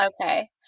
Okay